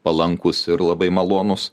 palankūs ir labai malonūs